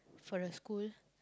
for the school